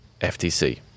FTC